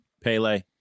Pele